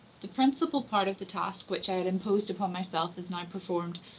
the principal part of the task which i had imposed upon myself is now performed.